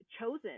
chosen